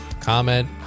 comment